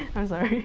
i'm sorry.